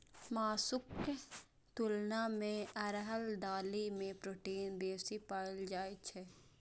मासुक तुलना मे अरहर दालि मे प्रोटीन बेसी पाएल जाइ छै